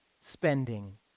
spending